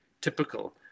typical